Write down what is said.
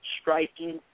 striking